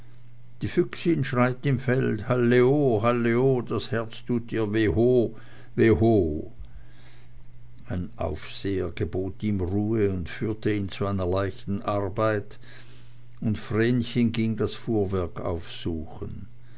die füchsin schreit im felde halleo halleo das herz tut ihr weho hoho ein aufseher gebot ihm ruhe und führte ihn zu einer leichten arbeit und vrenchen ging das fuhrwerk aufzusuchen